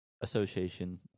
association